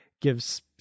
gives